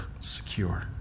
secure